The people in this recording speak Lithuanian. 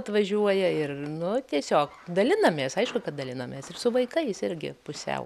atvažiuoja ir nu tiesiog dalinamės aišku kad dalinamės ir su vaikais irgi pusiau